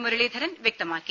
മുരളീധരൻ വ്യക്തമാക്കി